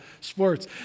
sports